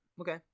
Okay